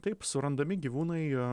taip surandami gyvūnai